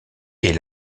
est